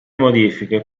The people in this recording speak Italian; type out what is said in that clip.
modifiche